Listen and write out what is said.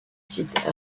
sites